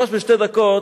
ממש בשתי דקות,